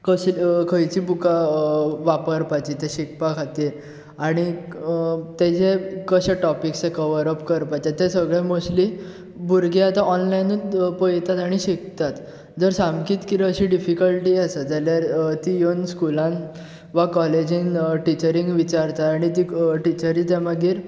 कशें खंयचीं बुकां वापरपाचीं तें शिकपा खातीर आनीक तेजे कशे टॉपिक्स कवर अप करपाचे ते सगळें मोस्टली भुरगीं आतां ऑनलायनूत पळयतात आनी शिकतात जर सामकेंत कितें अशें डिफिकल्टी आसा जाल्यार तीं येवन स्कुलान वा कॉलेजीन टिचरींक विचारता आनी ती टिचरी ते मागीर